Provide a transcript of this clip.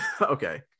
okay